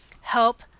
help